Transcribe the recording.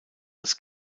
als